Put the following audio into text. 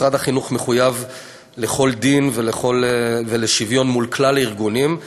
משרד החינוך מחויב לכל דין ולשוויון מול כלל הארגונים,